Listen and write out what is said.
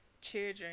children